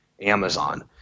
amazon